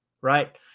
right